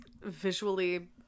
visually